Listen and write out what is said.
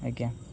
ଆଜ୍ଞା